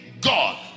God